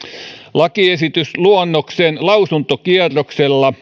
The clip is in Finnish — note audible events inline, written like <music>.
lakiesitysluonnoksen lausuntokierroksella <unintelligible>